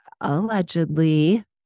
allegedly